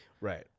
right